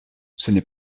c’est